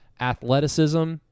athleticism